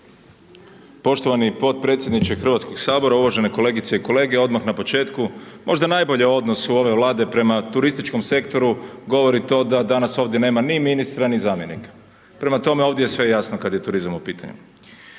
Poštovani potpredsjedniče Hrvatskog sabora, uvažene kolegice i kolege, odmah na početku možda najbolje o odnosu ove Vlade prema turističkom sektoru govori to da danas ovdje nema ni ministra ni zamjenika, prema tome, ovdje sve jasno kad je turizam u pitanju.